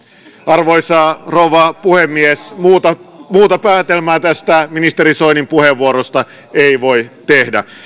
arvoisa rouva puhemies muuta muuta päätelmää tästä ministeri soinin puheenvuorosta ei voi tehdä